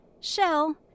Shell